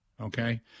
Okay